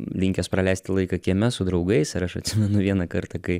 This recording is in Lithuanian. linkęs praleisti laiką kieme su draugais ir aš atsimenu vieną kartą kai